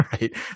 right